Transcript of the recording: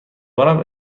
بارم